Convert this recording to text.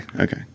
Okay